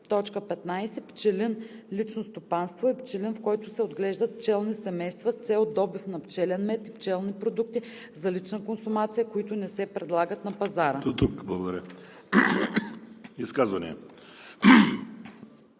„Пчелин – лично стопанство“ е пчелин, в който се отглеждат пчелни семейства с цел добив на пчелен мед и пчелни продукти за лична консумация, които не се предлагат на пазара.“